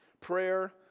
prayer